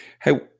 Hey